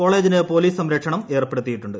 കോളേജിന് പൊലീസ് സംരക്ഷണം ഏർപ്പെടുത്തിയിട്ടുണ്ട്